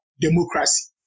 democracy